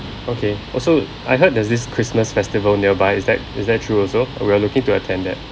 okay also I heard there's this christmas festival nearby is that is that true also uh we're looking to attend that